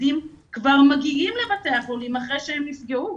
כשילדים כבר מגיעים לבית החולים אחרי שהם נפגעו.